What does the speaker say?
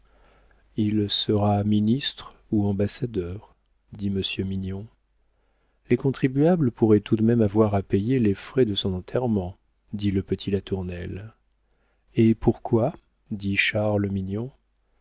il sera ministre ou ambassadeur dit monsieur mignon les contribuables pourraient tout de même avoir à payer les frais de son enterrement dit le petit latournelle eh pourquoi dit